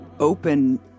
Open